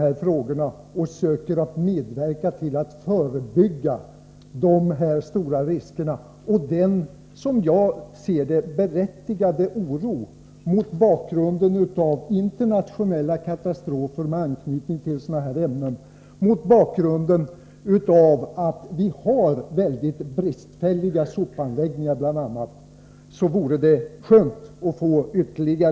Det gäller att söka medverka till förebyggande åtgärder. Mot bakgrund av de internationella katastrofer som inträffat anser jag att den oro som finns i detta sammanhang är berättigad. Vidare är bl.a. våra sopanläggningar synnerligen bristfälliga.